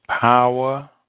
power